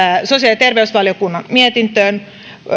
sosiaali ja terveysvaliokunnan mietintöön